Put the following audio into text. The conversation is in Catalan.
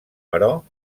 però